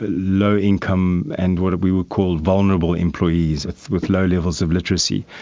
ah low income and what we would call vulnerable employees with low levels of literacy.